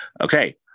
Okay